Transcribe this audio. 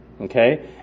okay